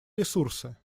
ресурсы